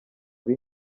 uri